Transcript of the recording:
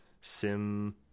sim